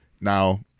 now